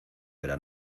verá